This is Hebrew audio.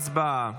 הצבעה.